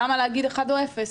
למה להגיד אחד או אפס?